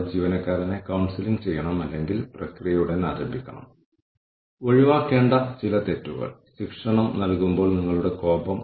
ജീവനക്കാരൻ ജോലി ചെയ്യുന്ന യൂണിറ്റിന്റെ ഉൽപ്പാദനക്ഷമതയും സ്ഥാപനത്തിന്റെ മൊത്ത ഉൽപ്പാദനക്ഷമതയും വിലയിരുത്താവുന്നതാണ്